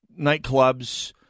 nightclubs